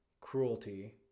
cruelty